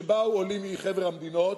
כשבאו עולים מחבר המדינות,